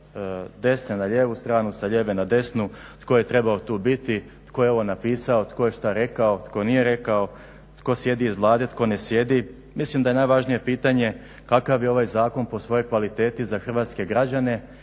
desne na lijevu stranu, sa lijeve na desnu tko je trebao tu biti, tko je ovo napisao, tko je što rekao, tko nije rekao, tko sjedi iz Vlade, tko ne sjedi. Mislim da je najvažnije pitanje kakav je ovaj zakon po svojoj kvaliteti za hrvatske građane